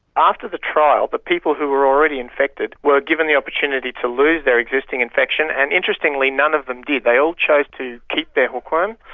after the trial the but people who were already infected were given the opportunity to lose their existing infection and interestingly none of them did, they all chose to keep their hookworms.